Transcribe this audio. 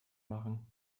machen